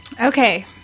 Okay